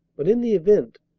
but in the event,